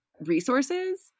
resources